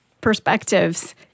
perspectives